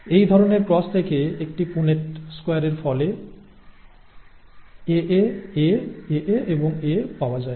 এই ধরণের ক্রস থেকে একটি পুনেট স্কোয়ারের ফলে Aa A Aa এবং A পাওয়া যায়